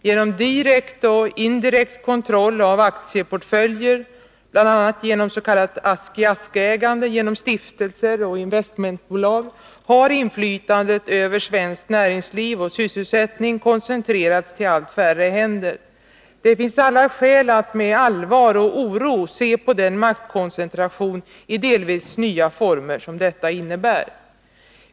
Genom direkt och indirekt kontroll av aktieportföljer, bl.a. genom s.k. ask-i-ask-ägande, stiftelser och investmentbolag, har inflytandet över svenskt näringsliv och svensk sysselsättning koncentrerats till allt färre händer. Det finns alla skäl att med allvar och oro se på den maktkoncentration i delvis nya former som detta innebär.